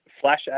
flash